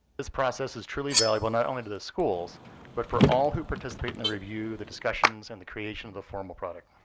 this process is truly valuable not only to the schools but for all who participate in the review, the discussions, and the creation of the formal product.